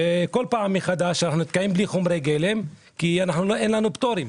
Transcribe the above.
כל פעם מחדש אנו נתקעים בלי חומרי גלם כי אין לנו פטורים.